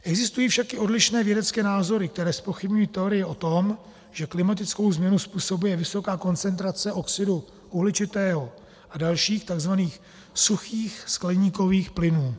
Existují však i odlišné vědecké názory, které zpochybňují teorii o tom, že klimatickou změnu způsobuje vysoká koncentrace oxidu uhličitého a dalších, tzv. suchých skleníkových plynů.